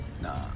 Nah